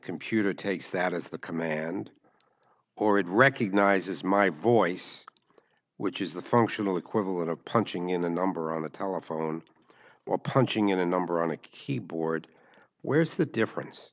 computer takes that as the command or it recognizes my voice which is the functional equivalent of punching in a number on the telephone or punching in a number on a keyboard where's the difference